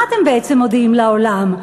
מה אתם בעצם מודיעים לעולם?